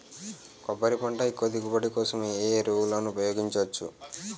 కొబ్బరి పంట ఎక్కువ దిగుబడి కోసం ఏ ఏ ఎరువులను ఉపయోగించచ్చు?